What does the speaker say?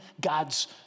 God's